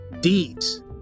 deeds